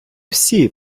всі